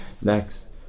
next